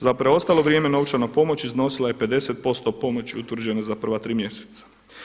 Za preostalo vrijeme novčana pomoć iznosila je 50% pomoći utvrđene za prva tri mjeseca.